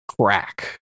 crack